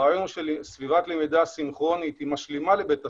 הרעיון של סביבת למידה סינכרונית היא משלימה לבית הספר.